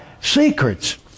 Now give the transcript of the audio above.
secrets